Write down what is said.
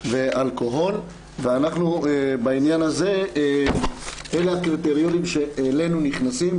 ואלכוהול, אלה הקריטריונים שהעלנו ונכנסים.